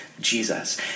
Jesus